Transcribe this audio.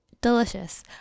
delicious